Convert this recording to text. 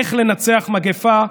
"איך לנצח מגפה".